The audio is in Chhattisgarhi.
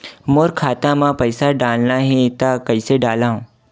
मोर खाता म पईसा डालना हे त कइसे डालव?